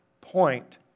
point